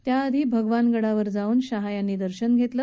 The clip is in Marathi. त्याआधी भगवान गडावर जाऊन शाह यांनी दर्शन घेतलं